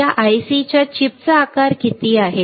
या IC च्या चिपचा आकार किती आहे